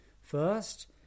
first